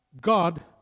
God